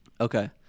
Okay